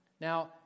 Now